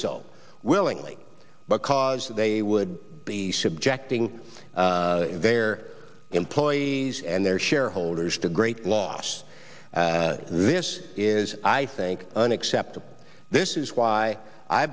so willingly because they would be subjecting employees and their shareholders to great loss this is i think unacceptable this is why i